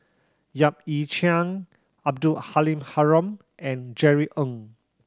Yap Ee Chian Abdul Halim Haron and Jerry Ng